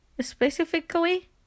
specifically